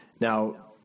Now